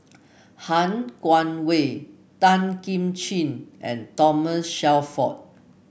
Han Guangwei Tan Kim Ching and Thomas Shelford